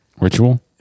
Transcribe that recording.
ritual